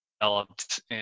developed